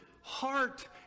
heart